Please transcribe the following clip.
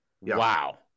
Wow